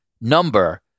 number